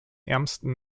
ärmsten